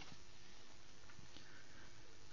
ൾ